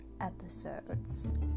episodes